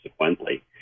subsequently